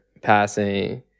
passing